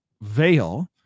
veil